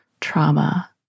trauma